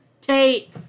Tate